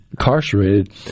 incarcerated –